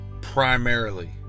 primarily